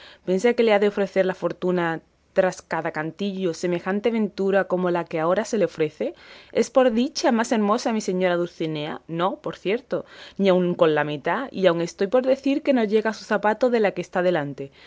piensa que le ha de ofrecer la fortuna tras cada cantillo semejante ventura como la que ahora se le ofrece es por dicha más hermosa mi señora dulcinea no por cierto ni aun con la mitad y aun estoy por decir que no llega a su zapato de la que está delante